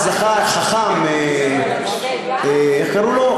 אז זכה חכם, איך קראו לו?